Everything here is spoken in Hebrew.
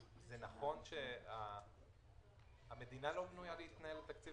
נכון שהמדינה לא בנויה להתנהל על פי תקציב